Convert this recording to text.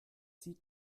sieht